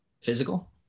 physical